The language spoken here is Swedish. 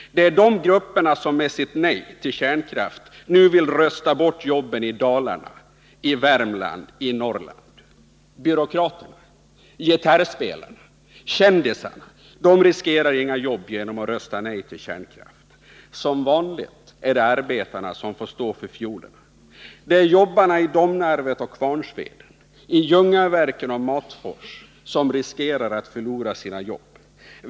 Det är de grupperna som med sitt nej till kärnkraft nu vill rösta bort jobben i Dalarna, Värmland och Norrland. Byråkraterna, gitarrspelarna, kändisarna — de riskerar inga jobb genom att rösta nej till kärnkraften. Som vanligt är det arbetarna som får stå för fiolerna. Det är jobbarna i Domnarvet och Kvarnsveden, i Ljungaverken och Matfors som riskerar att förlora sina jobb.